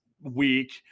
week